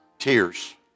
tears